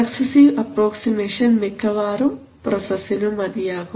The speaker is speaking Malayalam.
സക്സസീവ് അപ്രോക്സിമേഷൻ മിക്കവാറും പ്രൊസസ്സിനു മതിയാകും